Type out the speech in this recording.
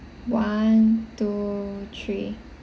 one two three